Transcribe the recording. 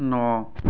ন